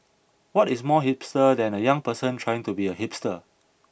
what is more hipster than a young person trying to be a hipster